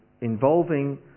involving